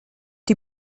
die